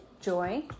Joy